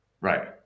Right